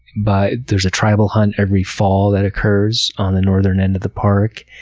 by, there's a tribal hunt every fall that occurs on the northern end of the park.